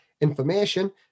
information